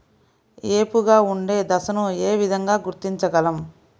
ఏపుగా ఉండే దశను ఏ విధంగా గుర్తించగలం?